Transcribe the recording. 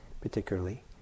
particularly